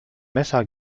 messer